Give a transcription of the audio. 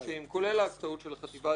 כולל ההקצאות של החטיבה להתיישבות,